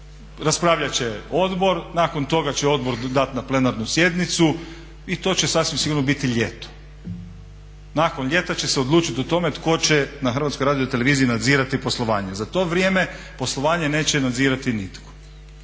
raspravljat će odbor. Nakon toga će odbor dati na plenarnu sjednicu i to će sasvim sigurno biti ljeto. Nakon ljeta će se odlučit o tome tko će na Hrvatskoj radioteleviziji nadzirati poslovanje. Za to vrijeme poslovanje neće nadzirati nitko